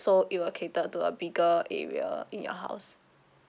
so it will cater to a bigger area in your house